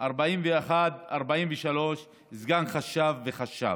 41 43, סגן חשב וחשב.